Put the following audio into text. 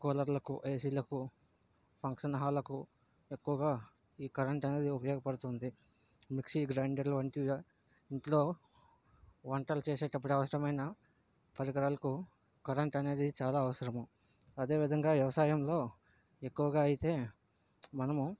కూలర్లకు ఏసీలకు ఫంక్షన్ హల్లకు ఎక్కువగా ఈ కరెంట్ అనేది ఉపయోగపడుతుంది మిక్సీ గ్రైండర్లు వంటిగా ఇంట్లో వంటలు చేసేటప్పుడు అవసరమైన పరికరాలకు కరెంట్ అనేది చాలా అవసరము అదేవిధంగా వ్యవసాయంలో ఎక్కువగా అయితే మనము